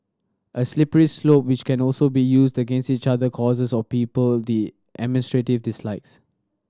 a slippery slope which can also be used against each other causes or people the administrative dislikes